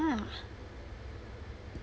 ah